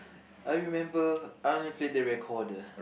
I remember I only play the recorder